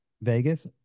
Vegas